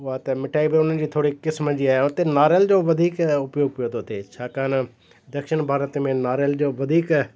उहा त मिठाई बि थोरी क़िस्मनि जी आहे उते नारियल जो वधीक खे उपयोग पियो थो थिए छाकाणि दक्षिण भारत में नारियल जो वधीक